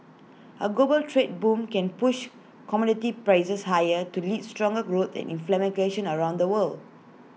A global trade boom can push commodity prices higher to lead stronger growth and around the world